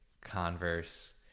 Converse